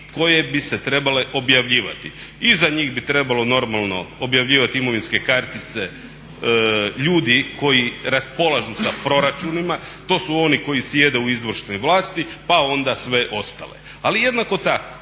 koje bi se trebale objavljivati. Iza njih bi trebalo normalno objavljivati imovinske kartice ljudi koji raspolažu sa proračunima, to su oni koji sjede u izvršnoj vlasti pa onda sve ostale. Ali jednako tako